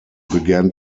began